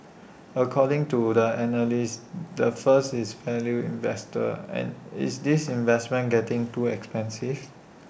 according to the analyst the first is value investor is this investment getting too expensive